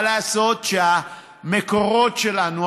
מה לעשות שהמקורות שלנו,